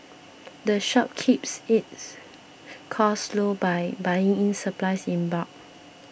the shop keeps its costs low by buying its supplies in bulk